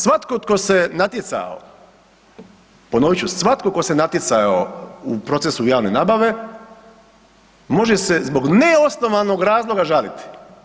Svatko tko se natjecao, ponovit ću, svatko tko se natjecao u procesu javne nabave, može se zbog neosnovanog razloga žaliti.